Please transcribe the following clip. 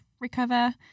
recover